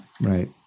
Right